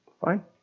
Fine